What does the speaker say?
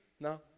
No